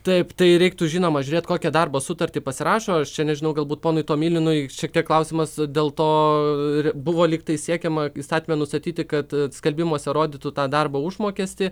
taip tai reiktų žinoma žiūrėt kokią darbo sutartį pasirašo aš čia nežinau galbūt ponui tomilinui šiek tiek klausimas dėl to buvo lyg tai siekiama įstatyme nustatyti kad skelbimuose rodytų tą darbo užmokestį